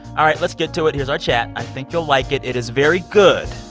all right, let's get to it. here's our chat. i think you'll like it. it is very good,